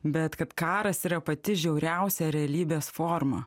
bet kad karas yra pati žiauriausia realybės forma